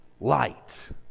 light